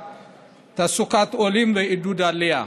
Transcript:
תעסוקת עולים ועידוד עלייה.